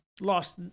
lost